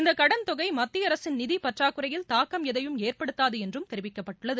இந்த கடன் தொகை மத்திய அரசின் நிதிப் பற்றாக்குறையில் தாக்கம் எதையும் ஏற்படுத்தாது என்றும் தெரிவிக்கப்பட்டுள்ளது